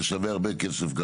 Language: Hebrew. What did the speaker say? זה שווה הרבה כסף.